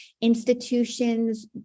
institutions